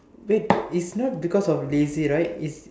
wait it's not because of lazy right it's